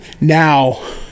now